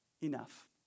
enough